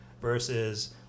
versus